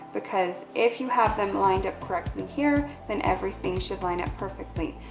because if you have them lined up correctly, here, then everything should line up perfectly.